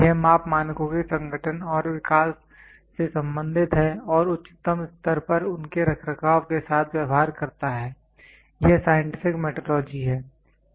यह माप मानकों के संगठन और विकास से संबंधित है और उच्चतम स्तर पर उनके रखरखाव के साथ व्यवहार करता है यह साइंटिफिक मेट्रोलॉजी है